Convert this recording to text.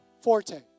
forte